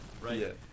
right